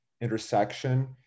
intersection